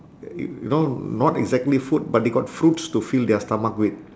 you know not exactly food but they got fruits to fill their stomach with